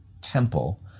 temple